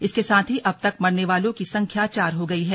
इसके साथ ही अब तक मरने वालों की संख्या चार हो गई है